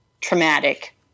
traumatic